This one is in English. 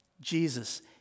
Jesus